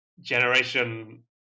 generation